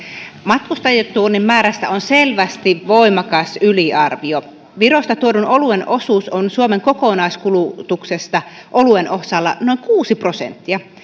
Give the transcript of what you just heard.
matkustajatuonnin määrästä on selvästi voimakas yliarvio virosta tuodun oluen osuus on suomen kokonaiskulutuksesta oluen osalta noin kuusi prosenttia